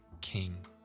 king